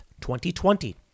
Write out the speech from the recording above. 2020